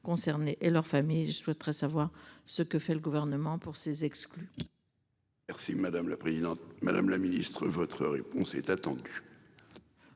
concernés et leurs familles, je souhaiterais savoir ce que fait le gouvernement pour ces exclus. Merci madame la présidente, madame la ministre, votre réponse est attendue.